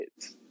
kids